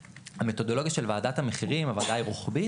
המתודולוגיה של ועדת המחירים, הוועדה היא רוחבית